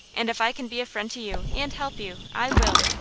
and if i can be a friend to you, and help you, i will.